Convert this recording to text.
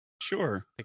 Sure